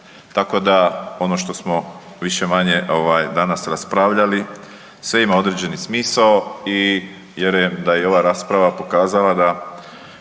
Tako da ono što smo više-manje danas raspravljali, sve ima određeni smisao i vjerujem da je i ova rasprava pokazala da